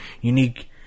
unique